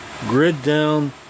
grid-down